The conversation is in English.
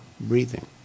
breathing